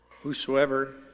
Whosoever